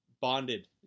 bonded